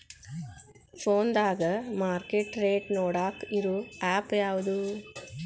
ಫೋನದಾಗ market rate ನೋಡಾಕ್ ಇರು ಆ್ಯಪ್ ಯಾವದು?